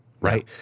right